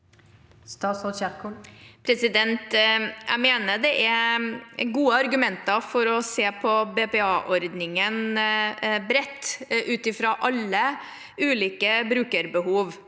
Ingvild Kjerkol Jeg mener det er gode argumenter for å se på BPA-ordningen bredt ut fra alle ulike brukerbehov.